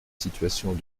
situations